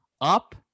up